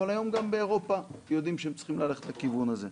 אבל היום גם באירופה יודעים שהם צריכים ללכת לכיוון הזה.